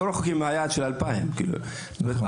הרשימה הערבית המאוחדת): אנחנו לא רחוקים מהיעד של 2,000. נכון,